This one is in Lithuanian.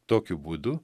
tokiu būdu